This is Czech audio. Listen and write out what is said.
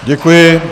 Děkuji.